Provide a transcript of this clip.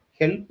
help